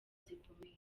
zikomeye